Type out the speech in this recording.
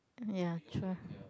ya true